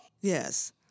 Yes